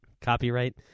copyright